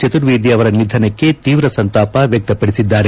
ಚತುರ್ವೇದಿ ಅವರ ನಿಧನಕ್ಕೆ ತೀವ್ರ ಸಂತಾಪ ವ್ಯಕ್ತಪಡಿಸಿದ್ದಾರೆ